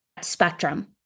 spectrum